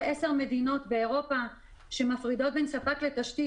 10 מדינות באירופה שמפרידות בין ספק לתשתית.